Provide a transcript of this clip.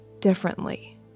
differently